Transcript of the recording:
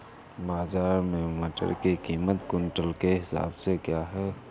बाजार में मटर की कीमत क्विंटल के हिसाब से क्यो है?